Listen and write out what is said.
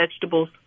vegetables